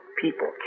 people